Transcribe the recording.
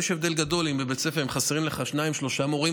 יש הבדל גדול אם חסרים לך בבית ספר שניים או שלושה מורים,